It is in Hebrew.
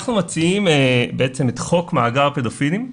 אנחנו מציעים את חוק מאגר הפדופילים,